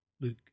Luke